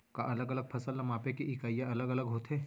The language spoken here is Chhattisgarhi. का अलग अलग फसल ला मापे के इकाइयां अलग अलग होथे?